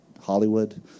Hollywood